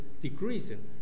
decreasing